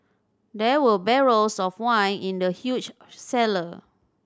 there were barrels of wine in the huge cellar